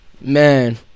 Man